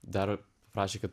dar prašė kad